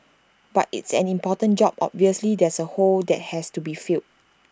but it's an important job obviously there's A hole that has to be filled